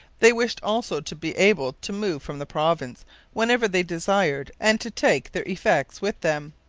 they wished also to be able to move from the province whenever they desired, and to take their effects with them.